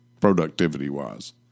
productivity-wise